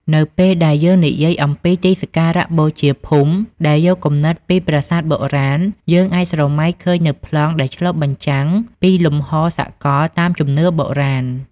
នៅពេលដែលយើងនិយាយអំពីទីសក្ការៈបូជាភូមិដែលយកគំនិតពីប្រាសាទបុរាណ យើងអាចស្រមៃឃើញនូវប្លង់ដែលឆ្លុះបញ្ចាំងពីលំហសកលតាមជំនឿបុរាណ។